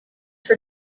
for